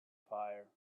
fire